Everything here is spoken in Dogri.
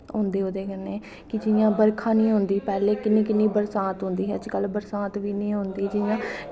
होंदे ओह्दे कन्नैं कि जियां बर्खा नी होंदी पैह्लें पैह्लें किन्नी किन्नी बरसांत होंदी ही अज्ज कल बरसांत बी नी होंदी जियां